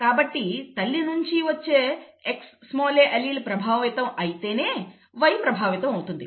కాబట్టి తల్లి నుండి వచ్చే Xa అల్లీల్ ప్రభావితం అయితేనే Y ప్రభావితమవుతుంది